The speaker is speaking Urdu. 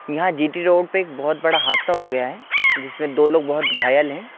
یہاں جی ٹی روڈ پہ ایک بہت بڑا حادثہ ہو گیا ہے جس میں دو لوگ بہت گھائل ہیں